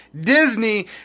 Disney